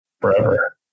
Forever